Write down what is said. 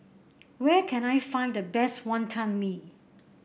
where can I find the best Wantan Mee